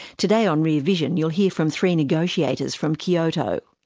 today on rear vision you'll hear from three negotiators from kyoto.